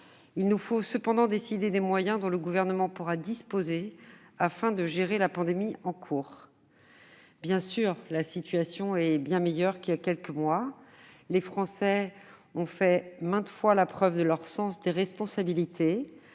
Il nous faut cependant décider des moyens dont le Gouvernement pourra disposer afin de gérer la pandémie en cours. Bien sûr, la situation est bien meilleure qu'il y a quelques mois. Les Français ont fait maintes fois la preuve de leur sens des responsabilités